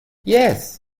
yes